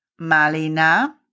Malina